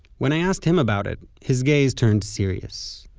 when i asked him about it, his gaze turned serious,